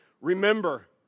Remember